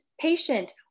Patient